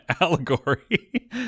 allegory